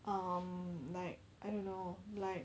um like I don't know like